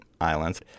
Islands